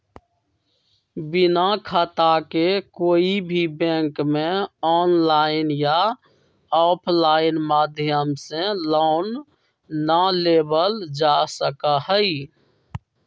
बिना खाता के कोई भी बैंक में आनलाइन या आफलाइन माध्यम से लोन ना लेबल जा सका हई